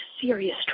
serious